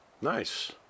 Nice